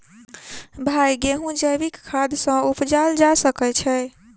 भाई गेंहूँ जैविक खाद सँ उपजाल जा सकै छैय?